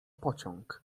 pociąg